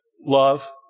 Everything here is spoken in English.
love